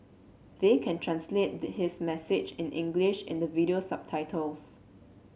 they can translate the his message in English in the video subtitles